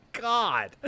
God